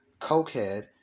cokehead